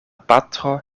patro